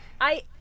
I-